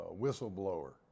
whistleblower